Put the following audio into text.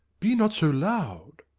be not so loud.